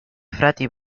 frati